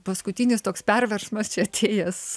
paskutinis toks perversmas čia atėjęs